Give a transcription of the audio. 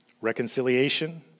reconciliation